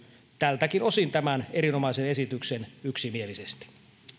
tältäkin osin tämän erinomaisen esityksen yksimielisesti